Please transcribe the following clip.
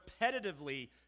repetitively